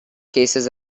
cases